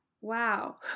Wow